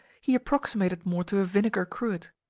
he approximated more to a vinegar cruet.